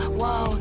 whoa